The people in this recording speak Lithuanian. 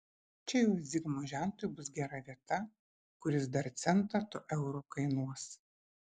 čia jau zigmo žentui bus gera vieta kuris dar centą to euro kainuos